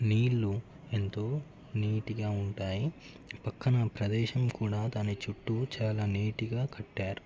నీళ్లు ఎంతో నీటుగా ఉంటాయి పక్కన ప్రదేశం కూడా దాని చుట్టూ చాలా నీటుగా కట్టారు